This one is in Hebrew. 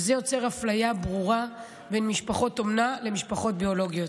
וזה יוצר אפליה ברורה בין משפחות אומנה למשפחות ביולוגיות.